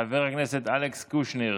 חבר הכנסת אלכס קושניר,